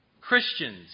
Christians